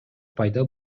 пайда